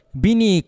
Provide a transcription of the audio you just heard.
bini